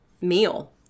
meal